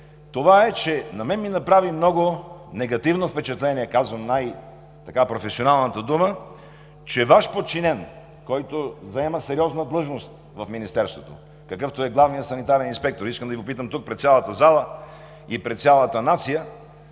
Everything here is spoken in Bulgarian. Ви. На мен ми направи много негативно впечатление, казвам най професионалната дума, че Ваш подчинен, който заема сериозна длъжност в Министерството, какъвто е главният санитарен инспектор – искам да Ви попитам тук пред цялата зала и пред цялата нация